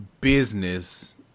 business